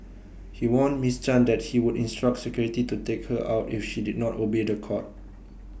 he warned miss chan that he would instruct security to take her out if she did not obey The Court